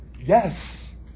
Yes